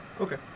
Okay